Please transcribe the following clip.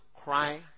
cry